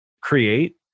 create